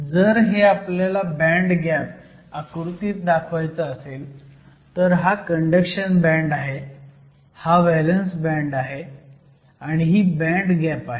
जर हे आपल्याला बँड गॅप आकृतीत दाखवायचं असेल तर हा कंडक्शन बँड आहे हा व्हॅलंस बँड आहे आणि ही बँड गॅप आहे